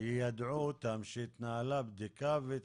היא תודיע שעכשיו שיש לה גם חוב של סלקום, ואז